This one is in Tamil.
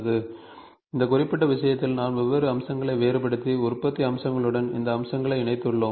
எனவே நாம் இங்கே இருக்கிறோம் இந்த குறிப்பிட்ட விஷயத்தில் நாம் வெவ்வேறு அம்சங்களை வேறுபடுத்தி உற்பத்தி அம்சங்களுடன் இந்த அம்சங்களை இணைத்துள்ளோம்